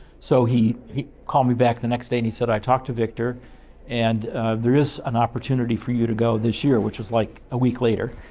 so, he he called me back the next day, and he said, i talked to victor and there is an opportunity for you to go this year. which was like a week later.